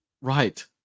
Right